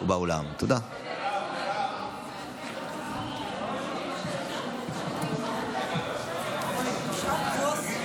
תציג את הצעת החוק חברת הכנסת יוליה מלינובסקי,